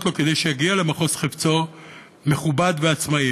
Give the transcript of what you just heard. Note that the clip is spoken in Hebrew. לו כדי שיגיע למחוז חפצו מכובד ועצמאי,